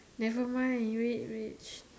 never mind which which